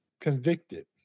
convicted